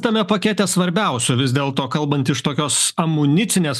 tame pakete svarbiausio vis dėlto kalbant iš tokios amunicinės